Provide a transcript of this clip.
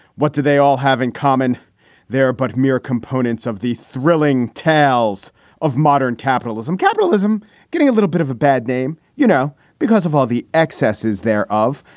what do they all have in common there? but mirror components of the thrilling tales of modern capitalism, capitalism getting a little bit of a bad name. you know, because of all the excesses there of.